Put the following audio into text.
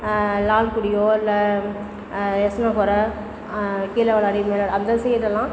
லால்குடியோ இல்லை கீழே வளாடி மேலே அந்த சைடெல்லாம்